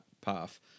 path